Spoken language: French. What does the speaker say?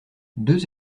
deux